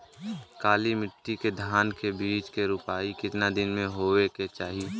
काली मिट्टी के धान के बिज के रूपाई कितना दिन मे होवे के चाही?